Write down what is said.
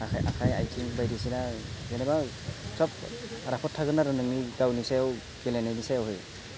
आखाइ आखाइ आथिं बायदिसिना जेनेबा सब राफोद थागोन आरो नोंनि गावनि सायाव गेलेनायनि सायावहै